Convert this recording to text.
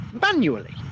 manually